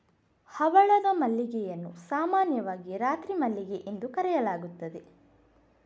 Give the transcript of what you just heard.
ಹವಳದ ಮಲ್ಲಿಗೆಯನ್ನು ಸಾಮಾನ್ಯವಾಗಿ ರಾತ್ರಿ ಮಲ್ಲಿಗೆ ಎಂದು ಕರೆಯಲಾಗುತ್ತದೆ